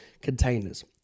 containers